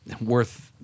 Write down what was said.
worth